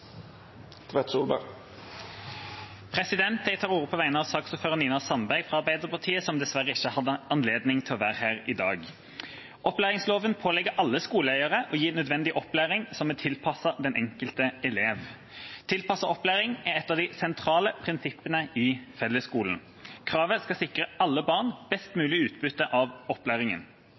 Tvedt Solberg, på vegner av ordføraren for saka. Jeg tar ordet på vegne av saksordfører Nina Sandberg fra Arbeiderpartiet, som dessverre ikke hadde anledning til å være her i dag. Opplæringsloven pålegger alle skoleeiere å gi nødvendig opplæring som er tilpasset den enkelte elev. Tilpasset opplæring er et av de sentrale prinsippene i fellesskolen. Kravet skal sikre alle barn best mulig utbytte av opplæringen.